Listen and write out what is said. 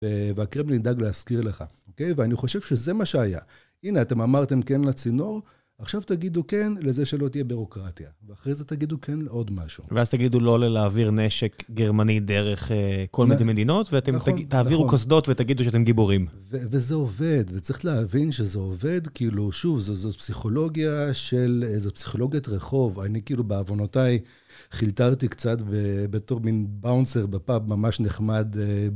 והקרב נדאג להזכיר לך, או-קיי? ואני חושב שזה מה שהיה. הנה, אתם אמרתם כן לצינור, עכשיו תגידו כן לזה שלא תהיה בירוקרטיה. ואחרי זה תגידו כן לעוד משהו. ואז תגידו לא להעביר נשק גרמני דרך כל מיני מדינות, ואתם תעבירו קסדות ותגידו שאתם גיבורים. וזה עובד, וצריך להבין שזה עובד, כאילו, שוב, זו פסיכולוגיה של... זו פסיכולוגית רחוב, אני כאילו, בעוונותיי, חילטרתי קצת בתור מין באונסר בפאב, ממש נחמד.